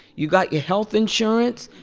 you got your health insurance.